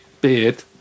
beard